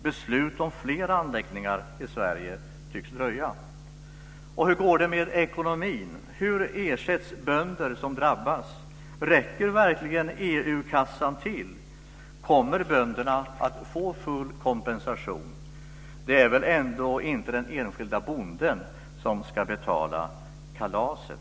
Beslut om fler anläggningar i Sverige tycks dröja. Kommer bönderna att få full kompensation? Det är väl ändå inte den enskilda bonden som ska betala kalaset.